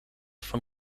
von